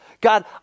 God